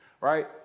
Right